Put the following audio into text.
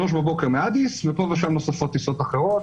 שלוש בבוקר מאדיס, ופה ושם נוספות טיסות אחרות.